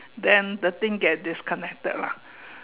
then the thing get disconnected lah